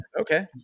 Okay